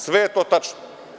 Sve je to tačno.